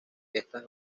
estas